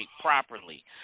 properly